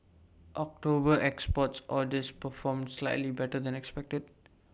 October export orders performed slightly better than expected